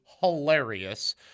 hilarious